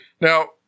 Now